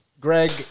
greg